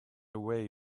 away